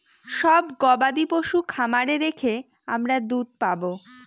সব গবাদি পশু খামারে রেখে আমরা দুধ পাবো